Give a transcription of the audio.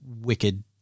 wicked